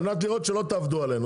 על מנת לראות שלא תעבדו עלינו,